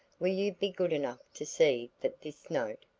will you be good enough to see that this note,